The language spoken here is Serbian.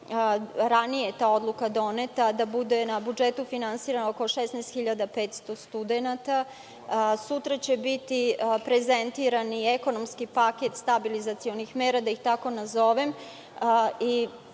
ranije je ta odluka doneta, da na budžetu bude finansirano oko 16.500 studenata. Sutra će biti prezentirani ekonomski paket stabilizacionog paketa mera, da ih tako nazovem,